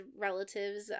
relatives